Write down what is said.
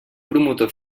promotor